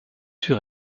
sur